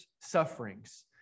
sufferings